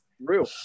real